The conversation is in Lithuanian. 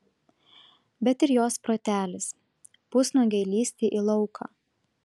bet ir jos protelis pusnuogei lįsti į lauką